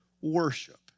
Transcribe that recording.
worship